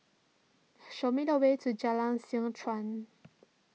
show me the way to Jalan Seh Chuan